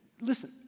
listen